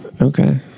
Okay